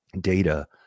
data